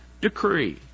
decree